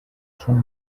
són